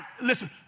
Listen